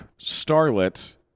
Starlet